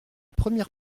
première